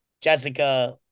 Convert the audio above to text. Jessica